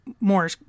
more